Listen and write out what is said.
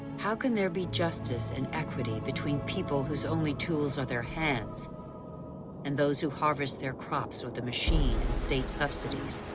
how can there be justice and equity between people whose only tools are their hands and those who harvest their crops with a machine and state subsidies?